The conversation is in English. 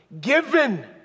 given